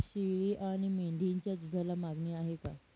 शेळी आणि मेंढीच्या दूधाला मागणी आहे का?